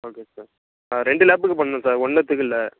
அப்படியா சார் ஆ ரெண்டு லேப்புக்கு பண்ணணும் சார் ஒன்னுத்துக்கும் இல்லை